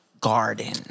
garden